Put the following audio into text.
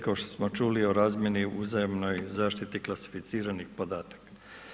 Kao što smo čuli, o razmjeni uzajamnoj zaštiti klasificiranih podataka.